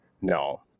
No